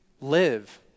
live